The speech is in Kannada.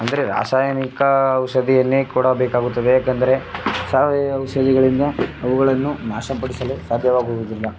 ಅಂದರೆ ರಾಸಾಯನಿಕ ಔಷಧಿಯನ್ನೇ ಕೊಡಬೇಕಾಗುತ್ತದೆ ಯಾಕೆಂದರೆ ಸಾವಯವ ಔಷಧಿಗಳಿಂದ ಅವುಗಳನ್ನು ನಾಶಪಡಿಸಲು ಸಾಧ್ಯವಾಗುವುದಿಲ್ಲ